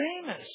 famous